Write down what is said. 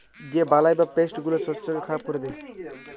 যে বালাই বা পেস্ট গুলা শস্যকে খারাপ ক্যরে